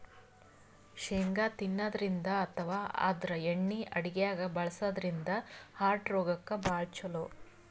ಶೇಂಗಾ ತಿನ್ನದ್ರಿನ್ದ ಅಥವಾ ಆದ್ರ ಎಣ್ಣಿ ಅಡಗ್ಯಾಗ್ ಬಳಸದ್ರಿನ್ದ ಹಾರ್ಟ್ ರೋಗಕ್ಕ್ ಭಾಳ್ ಛಲೋ